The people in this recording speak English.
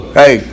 hey